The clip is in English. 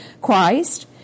Christ